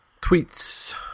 Tweets